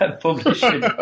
publishing